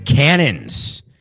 Cannons